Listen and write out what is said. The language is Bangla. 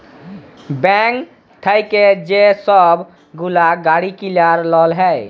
ব্যাংক থ্যাইকে যে ছব গুলা গাড়ি কিলার লল হ্যয়